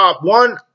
one